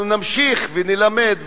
אנחנו נמשיך ונלמד,